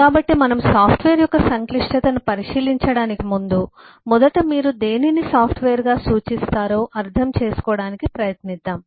కాబట్టి మనము సాఫ్ట్వేర్ యొక్క సంక్లిష్టతను పరిశీలించడానికి ముందు మొదట మీరు దేనిని సాఫ్ట్వేర్గా సూచిస్తారో అర్థం చేసుకోవడానికి ప్రయత్నిద్దాం